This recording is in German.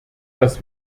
dass